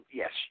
yes